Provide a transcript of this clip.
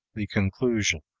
the conclusion.